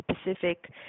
specific